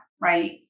Right